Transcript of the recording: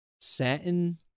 satin